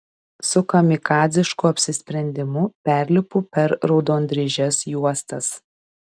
su kamikadzišku apsisprendimu perlipu per raudondryžes juostas